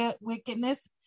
wickedness